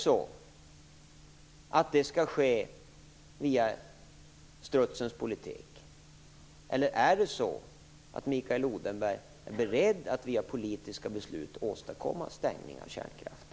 Skall det ske via strutsens politik, eller är Mikael Odenberg beredd att via politiska beslut åstadkomma stängning av kärnkraften?